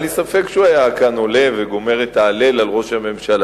אין לי ספק שהוא היה כאן עולה וגומר את ההלל על ראש הממשלה.